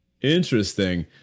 Interesting